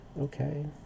Okay